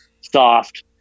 soft